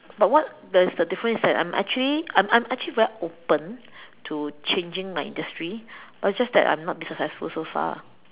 but what is the difference is that I'm actually I'm I'm actually very open to changing my industry but just that I have not been successful so far